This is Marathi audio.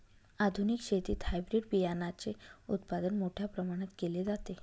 आधुनिक शेतीत हायब्रिड बियाणाचे उत्पादन मोठ्या प्रमाणात केले जाते